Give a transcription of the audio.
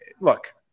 look